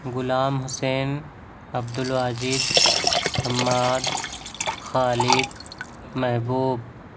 Ghulam Hussain Abdul Wajid Hammad Khalid Mehboob